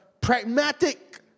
pragmatic